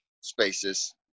spaces